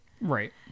Right